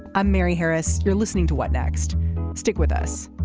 i'm mary harris. you're listening to what next stick with us